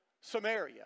Samaria